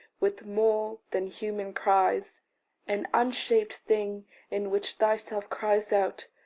with more than human cries an unshaped thing in which thyself cries out!